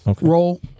roll